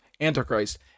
Antichrist